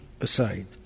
aside